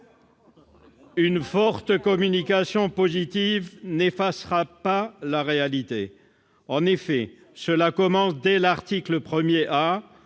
Une forte communication positive n'effacera pas la réalité. En effet, dès l'article 1 A,